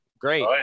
Great